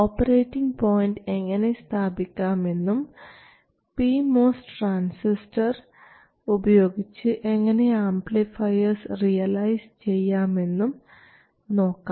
operating point എങ്ങനെ സ്ഥാപിക്കാമെന്നും pMOS transistor ഉപയോഗിച്ച് എങ്ങനെ ആംപ്ലിഫയർസ് റിയലൈസ് ചെയ്യാമെന്നും നോക്കാം